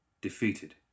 Defeated